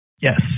Yes